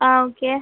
ஆ okay